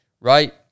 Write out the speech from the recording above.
Right